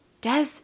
Des